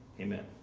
amen.